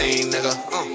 nigga